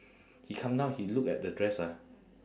he come down he look at the dress ah